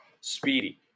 speedy